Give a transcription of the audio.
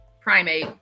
primate